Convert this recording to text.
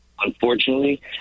unfortunately